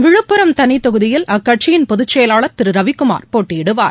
விழுப்புரம் தனி தொகுதியில் அக்கட்சியின் பொதுச்செயலாளர் திருரவிக்குமார் போட்டியிடுவார்